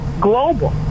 global